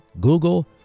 Google